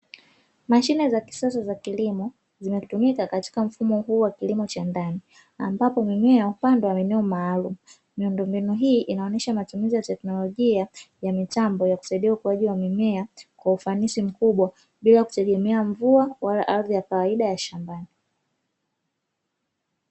Mashine za kisasa za kilimo zinatumika katika mfumo huu wa kilimo cha ndani. Ambapo mimea hupandwa eneo maalumu. Miundombinu hii inaonyesha matumizi ya teknolojia ya mitambo inayosaidia ukuaji wa mimea kwa ufanisi mkubwa bila kutegemea mvua wala ardhi ya kawaida ya shambani.